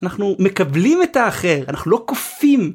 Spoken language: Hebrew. אנחנו מקבלים את האחר, אנחנו לא כופים.